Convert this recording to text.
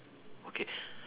okay